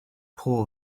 pull